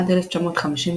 עד 1950,